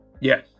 Yes